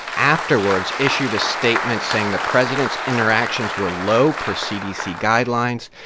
afterwards issued a statement saying the president's interactions were low, per cdc guidelines,